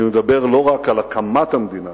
אני מדבר לא רק על הקמת המדינה,